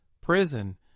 prison